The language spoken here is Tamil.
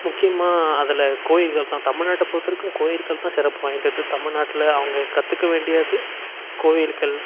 முக்கியமாக அதில் கோவில்கள் தான் தமிழ்நாட்டை பொறுத்த வரைக்கும் கோவில்கள் தான் சிறப்பு வாய்ந்தது தமிழ்நாட்டில் அவங்க கற்றுக்க வேண்டியது கோவில்கள்